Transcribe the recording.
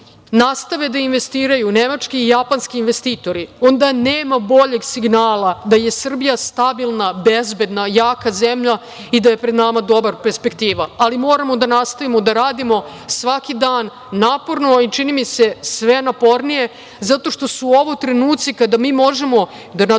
nastave da investiraju nemački i japanski investitori, onda nema boljeg signala da je Srbija stabilna, bezbedna, jaka zemlja i da je pred nama dobra perspektiva. Ali, moramo da nastavimo da radimo svaki dan naporno i, čini mi se, sve napornije, zato što su ovo trenuci kada mi možemo da nadoknadimo